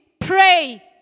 pray